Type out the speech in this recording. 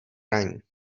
ranní